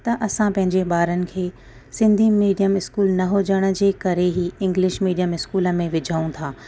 त असां पंहिंजे ॿारनि खे सिंधी मीडियम स्कूल न हुजण जे करे ई इंग्लिश मीडियम स्कूल में विझूं था